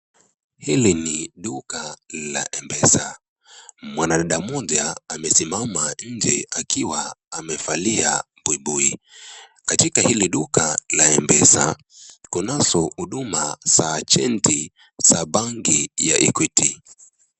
Hili ni duka la mM-pesa, mwanadada moja amesimama nje akiwa amevalia buibui. Katika hili duka la mpesa, kunazo huduma za agenti za banki ya Equity.